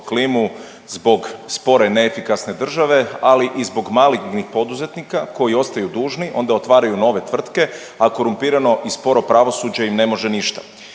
klimu zbog spore, neefikasne države, ali i zbog malignih poduzetnika koji ostaju dužni, onda otvaraju nove tvrtke, a korumpirano i sporo pravosuđe im ne može ništa.